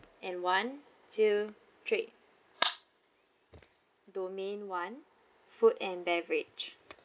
and one two three domain one food and beverage